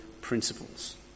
principles